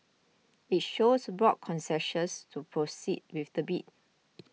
it shows broad consensus to proceed with the bid